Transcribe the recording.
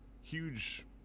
huge